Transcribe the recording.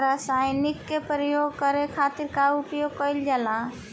रसायनिक के प्रयोग करे खातिर का उपयोग कईल जाला?